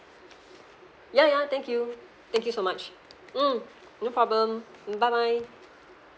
ya ya thank you thank you so much mm no problem bye bye